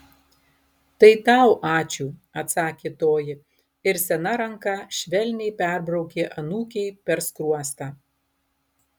tai tau ačiū atsakė toji ir sena ranka švelniai perbraukė anūkei per skruostą